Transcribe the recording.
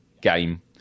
game